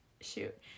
Shoot